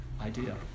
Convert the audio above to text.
idea